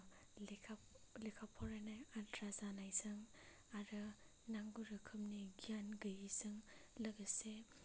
लेखा लेखा फरायनाय आद्रा जानायजों आरो नांगौ रोखोमनि गियान गैयैजों लोगोसे